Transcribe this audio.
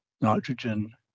nitrogen